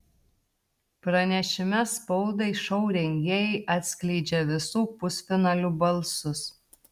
pranešime spaudai šou rengėjai atskleidžia visų pusfinalių balsus